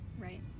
right